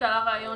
עלה רעיון